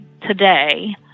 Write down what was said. today